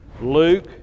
Luke